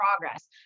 progress